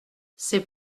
c’est